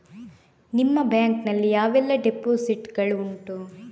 ನಿಮ್ಮ ಬ್ಯಾಂಕ್ ನಲ್ಲಿ ಯಾವೆಲ್ಲ ಡೆಪೋಸಿಟ್ ಗಳು ಉಂಟು?